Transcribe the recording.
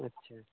আচ্ছা